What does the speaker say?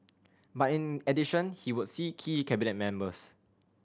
but in addition he would see key Cabinet members